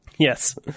Yes